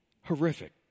Horrific